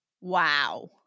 Wow